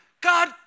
God